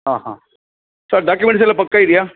ಹಾಂ ಹಾಂ ಸರ್ ಡಾಕ್ಯುಮೆಂಟ್ಸೆಲ್ಲ ಪಕ್ಕಾ ಇದೆಯಾ